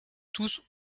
tous